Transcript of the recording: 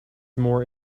more